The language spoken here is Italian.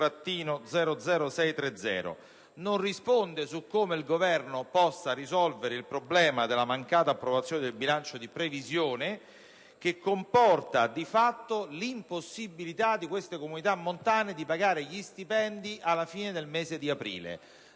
non risponde su come il Governo possa risolvere il problema della mancata approvazione del bilancio di previsione, che comporta di fatto l'impossibilità per le comunità montane di pagare gli stipendi alla fine del mese di aprile.